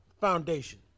foundation